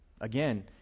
again